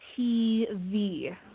TV